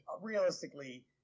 realistically